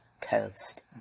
coast